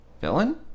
Villain